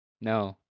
no